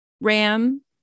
Ram